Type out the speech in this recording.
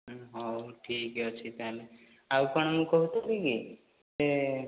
ହଉ ଠିକ୍ ଅଛି ତାହେଲେ ଆଉ କ'ଣ ମୁଁ କହୁଥିଲି କି ସେ